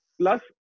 Plus